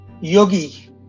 Yogi